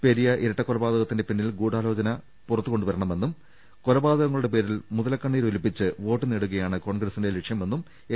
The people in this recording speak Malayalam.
പെരിയ ഇരട്ട ക്കൊലപാതകത്തിന്റെ പിന്നിൽ ഗൂഢാലോചന പുറത്തുകൊണ്ടു വരണമെന്നും കൊലപാതകങ്ങളുടെ പേരിൽ മുതലക്കണ്ണീരൊലി പ്പിച്ച് വോട്ട് നേടുകയാണ് കോൺഗ്രസിന്റെ ലക്ഷ്യമെന്നും എം